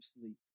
sleep